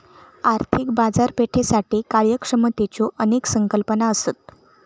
आर्थिक बाजारपेठेसाठी कार्यक्षमतेच्यो अनेक संकल्पना असत